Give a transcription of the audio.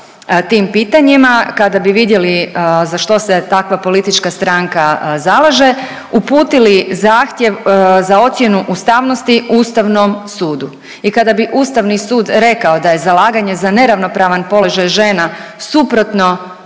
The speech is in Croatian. tim pitanjima kada bi vidjeli za što se takva politička stranka zalaže uputili zahtjev za ocjenu ustavnosti Ustavom sudu i kada bi Ustavni sud rekao da je zalaganje za neravnopravan položaj žena suprotno